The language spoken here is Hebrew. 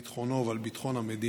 על ביטחונו ועל ביטחון המדינה